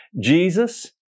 Jesus